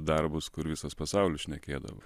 darbus kur visas pasaulis šnekėdavo